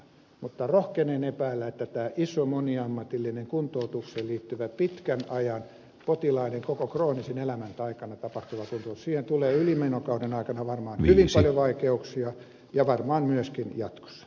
mutta rohkenen epäillä että tähän isoon moniammatilliseen kuntoutukseen liittyvään krooniseen potilaiden koko elämän aikana tapahtuvaan pitkän ajan kuntoutukseen tulee ylimenokauden aikana varmaan hyvin paljon vaikeuksia ja varmaan myöskin jatkossa